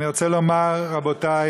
אני רוצה לומר, רבותי,